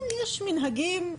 יש מנהגים.